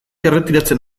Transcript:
erretiratzen